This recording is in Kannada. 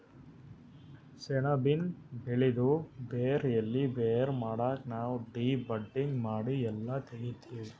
ಸೆಣಬಿನ್ ಬೆಳಿದು ಬೇರ್ ಎಲಿ ಬ್ಯಾರೆ ಮಾಡಕ್ ನಾವ್ ಡಿ ಬಡ್ಡಿಂಗ್ ಮಾಡಿ ಎಲ್ಲಾ ತೆಗಿತ್ತೀವಿ